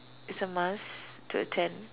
is a must to attend